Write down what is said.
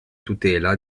tutela